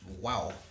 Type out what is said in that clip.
Wow